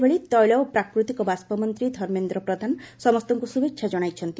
ସେହିଭଳି ତୈଳ ଓ ପ୍ରାକୃତିକ ବାଷ୍ବ ମନ୍ତୀ ଧର୍ମେନ୍ଦ୍ର ପ୍ରଧାନ ସମସ୍ତଙ୍ଙୁ ଶୁଭେଛା ଜଣାଇଛନ୍ତି